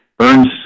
earns